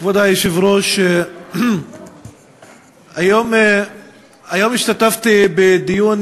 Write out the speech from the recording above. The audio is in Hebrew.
כבוד היושב-ראש, היום השתתפתי בדיון